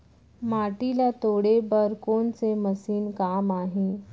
माटी ल तोड़े बर कोन से मशीन काम आही?